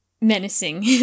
menacing